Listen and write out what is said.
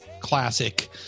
classic